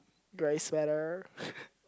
grey sweater